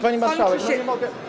Pani marszałek, no nie mogę.